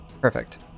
Perfect